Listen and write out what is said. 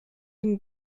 den